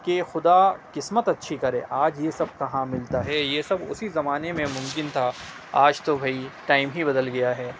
کہ خدا قسمت اچھی کرے آج یہ سب کہاں ملتا ہے یہ سب اسی زمانے میں ممکن تھا آج تو بھائی ٹائم ہی بدل گیا ہے